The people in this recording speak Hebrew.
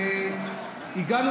הגענו